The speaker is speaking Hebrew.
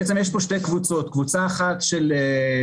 בעצם יש פה שתי קבוצות, קבוצה אחת של משרות,